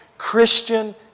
Christian